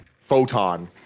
photon